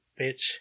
bitch